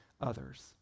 others